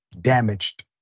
damaged